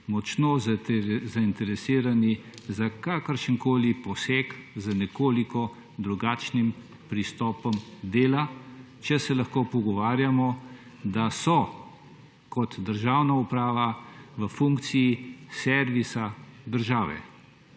močno zainteresirani za kakršen koli poseg z nekoliko drugačnim pristopom dela, če se lahko pogovarjamo, da so kot državna uprava v funkciji servisa države.